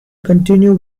continue